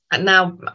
now